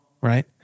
Right